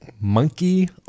Monkey